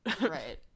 Right